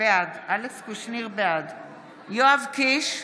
בעד יואב קיש,